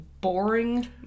boring